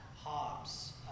Hobbes